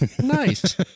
Nice